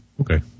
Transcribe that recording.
Okay